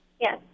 Yes